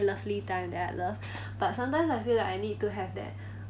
lovely time that I love but sometimes I feel like I need to have that